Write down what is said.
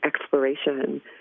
exploration